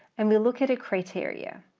and we look at a criteria.